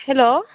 hello